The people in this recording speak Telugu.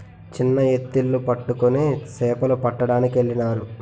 చిన్న ఎత్తిళ్లు పట్టుకొని సేపలు పట్టడానికెళ్ళినారు